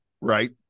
Right